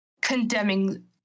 condemning